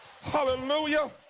Hallelujah